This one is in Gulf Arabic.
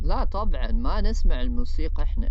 لا طبعا ما نسمع الموسيقى احنا